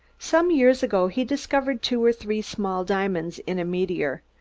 some years ago he discovered two or three small diamonds in a meteor.